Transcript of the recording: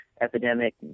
epidemic